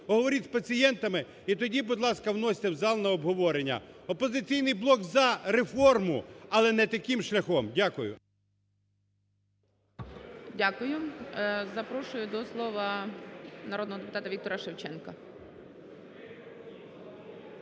обговоріть з пацієнтами - і тоді, будь ласка, вносьте в зал на обговорення. "Опозиційний блок" за реформу, але не таким шляхом. Дякую. ГОЛОВУЮЧИЙ. Дякую. Запрошую до слова народного депутата Віктора Шевченка.